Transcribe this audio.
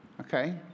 Okay